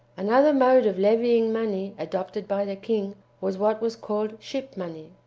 another mode of levying money adopted by the king was what was called ship money.